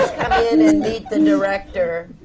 come in and meet the director,